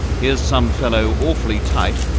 here's some fellow awfully tight,